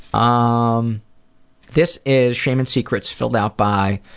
um this is shame and secrets filled out by